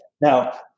Now